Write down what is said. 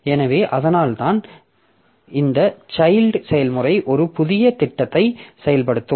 எனவே அதனால்தான் இந்த சைல்ட் செயல்முறை ஒரு புதிய திட்டத்தை செயல்படுத்தும்